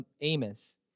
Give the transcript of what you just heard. Amos